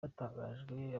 hatangajwe